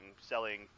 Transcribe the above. selling